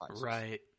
Right